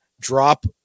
drop